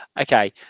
okay